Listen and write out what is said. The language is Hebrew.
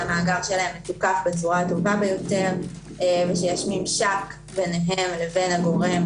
שהמאגר שלהם פותח בצורה הטובה ביתר ושיש ממשק בינם לגורם